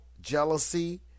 jealousy